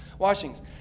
Washings